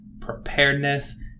preparedness